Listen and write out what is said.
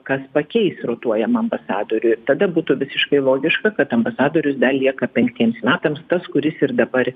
kas pakeis rotuojamą ambasadorių ir tada būtų visiškai logiška kad ambasadorius dar lieka penktiems metams tas kuris ir dabar